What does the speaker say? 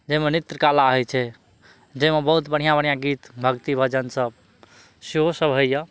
जैमे नृत्यकला होइ छै जैमे बहुत बढ़िआँ बढ़िआँ गीत भक्ति भजन सब सेहो सब होइए